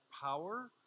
power